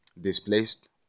displaced